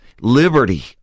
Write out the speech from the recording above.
liberty